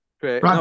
Great